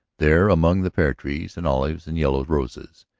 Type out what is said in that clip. there, among the pear-trees and olives and yellow roses,